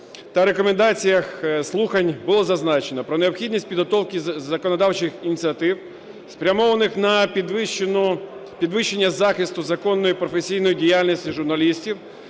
та у рекомендаціях слухань було зазначено про необхідність підготовки законодавчих ініціатив, спрямованих на підвищення захисту законної професійної діяльності журналістів